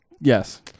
Yes